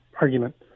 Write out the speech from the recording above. argument